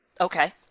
Okay